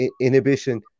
inhibition